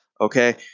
okay